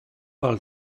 pel